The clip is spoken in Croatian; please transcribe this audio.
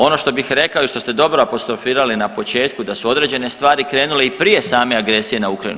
Ono što bih rekao i što ste dobro apostrofirali na početku, da su određene stvari krenule i prije same agresije na Ukrajinu.